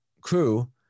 crew